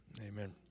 amen